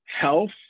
Health